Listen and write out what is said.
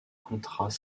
contrats